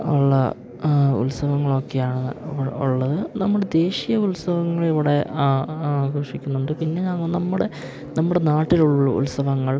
ഉള്ള ആ ഉത്സവങ്ങളൊക്കെയാണ് ഉള്ളത് നമ്മുടെ ദേശീയ ഉത്സവങ്ങളിവിടെ ആ ആഘോഷിക്കുന്നുണ്ട് പിന്നെ നമ്മുടെ നമ്മുടെ നാട്ടിലുള്ള ഉത്സവങ്ങൾ